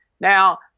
Now